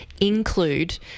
include